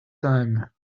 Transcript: time